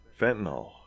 fentanyl